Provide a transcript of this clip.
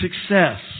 success